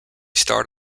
starred